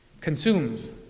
consumes